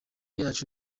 yacu